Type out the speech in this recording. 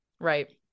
Right